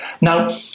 Now